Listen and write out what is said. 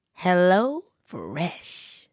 HelloFresh